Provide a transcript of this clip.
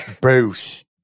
Bruce